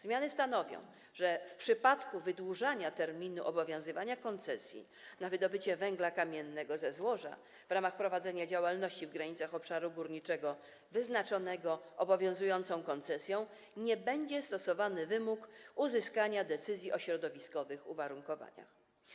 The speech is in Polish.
Zmiany stanowią, że w przypadku wydłużania terminu obowiązywania koncesji na wydobycie węgla kamiennego ze złoża w ramach prowadzenia działalności w granicach obszaru górniczego wyznaczonego obowiązującą koncesją nie będzie stosowany wymóg uzyskania decyzji o środowiskowych uwarunkowaniach.